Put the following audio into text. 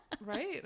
right